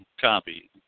copy